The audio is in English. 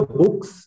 books